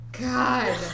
god